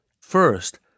First